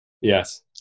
Yes